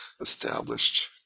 established